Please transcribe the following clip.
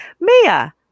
mia